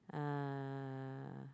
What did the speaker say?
uh